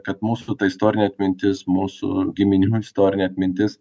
kad mūsų ta istorinė atmintis mūsų giminių istorinė atmintis